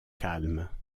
calme